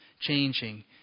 changing